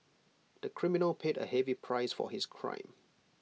the criminal paid A heavy price for his crime